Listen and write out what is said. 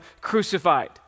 crucified